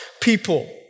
people